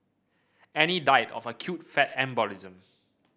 Annie died of acute fat embolism